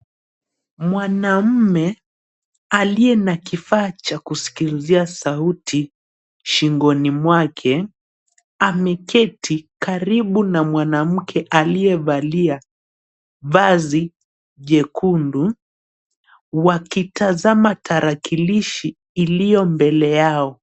Mwanamume aliye na kifaa cha kusikilizia sauti shingoni mwake, ameketi karibu na mwanamke aliyevalia vazi jekundu wakitazama tarakilishi iliyo mbele yao.